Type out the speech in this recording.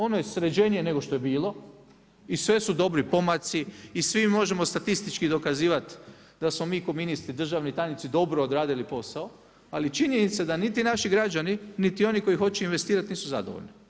Ono je sređenije nego što je bilo i sve su dobri pomaci i svi možemo statistički dokazivati da smo mi ko ministri, državni tajnici dobro odradili posao, ali je činjenica da niti naši građani, niti oni koji hoće investirati nisu zadovoljni.